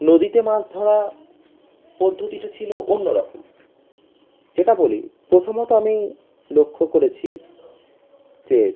নদীতে মাছ ধরার পদ্ধতিটা ছিল অন্য রকম যেটা বলি প্রথমত আমি লক্ষ্য করেছি যে